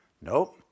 Nope